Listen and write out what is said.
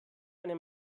eine